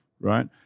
right